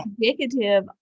indicative